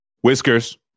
Whiskers